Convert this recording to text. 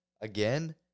again